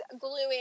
gluing